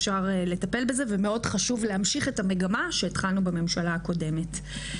אפשר לטפל בזה ומאוד חשוב להמשיך את המגמה שהתחלנו בממשלה הקודמת.